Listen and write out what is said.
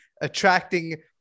attracting